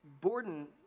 Borden